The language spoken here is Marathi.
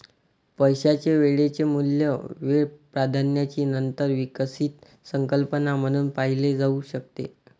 पैशाचे वेळेचे मूल्य वेळ प्राधान्याची नंतर विकसित संकल्पना म्हणून पाहिले जाऊ शकते